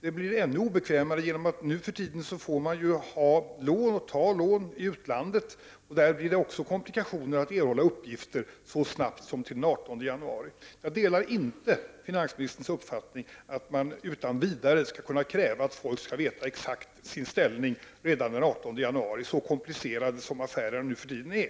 Det blir ännu obekvämare, eftersom man nu för tiden får ha och ta lån i utlandet, och det blir även i det sammanhanget komplikationer när det gäller att erhålla uppgifter så tidigt som till den 18 januari. Jag delar inte finansministerns uppfattning att man utan vidare skall kunna kräva att folk skall känna till sin ekonomiska situation exakt redan den 18 januari så komplicerade som affärerna nu för tiden är.